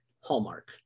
hallmark